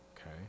Okay